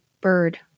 bird